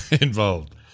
involved